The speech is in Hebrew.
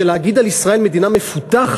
שלהגיד על ישראל "מדינה מפותחת",